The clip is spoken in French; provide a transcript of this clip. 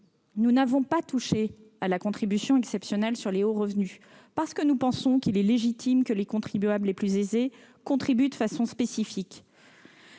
Nous n'avons pas touché à la contribution exceptionnelle sur les hauts revenus, parce que nous pensons qu'il est légitime que les contribuables les plus aisés contribuent de façon spécifique.